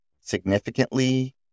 significantly